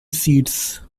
seats